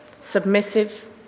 submissive